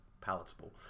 palatable